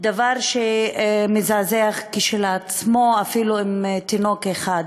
דבר שהוא מזעזע כשלעצמו, אפילו אם זה תינוק אחד.